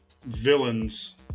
villains